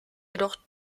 jedoch